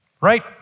Right